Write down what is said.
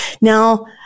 Now